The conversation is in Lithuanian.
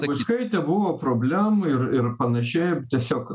grybauskaite buvo problemų ir ir panašiai ir tiesiog